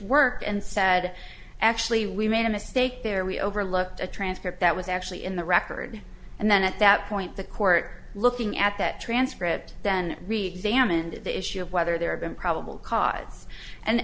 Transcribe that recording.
work and said actually we made a mistake there we overlooked a transcript that was actually in the record and then at that point the court looking at that transcript then reexamined the issue of whether there had been probable cause and